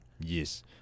yes